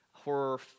horror